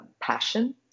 passion